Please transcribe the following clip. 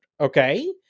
okay